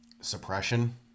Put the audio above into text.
Suppression